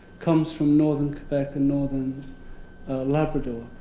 comes from northern quebec and northern labrador.